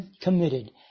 committed